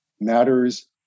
matters